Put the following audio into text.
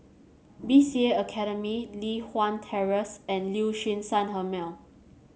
B C A Academy Li Hwan Terrace and Liuxun Sanhemiao